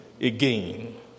again